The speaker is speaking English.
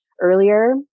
earlier